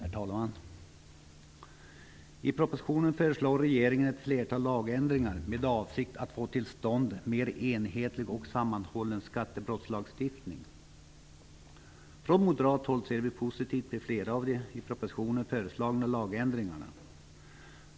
Herr talman! I propositionen föreslår regeringen ett flertal lagändringar med avsikt att få till stånd en mer enhetlig och sammanhållen skattebrottslagstiftning. Från moderat håll ser vi positivt på flera av de i propositionen föreslagna lagändringarna.